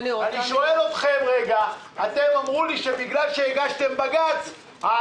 אני שואל אתכם לרגע: אמרו לי שבגלל שהגשתם עתירה לבג"ץ אז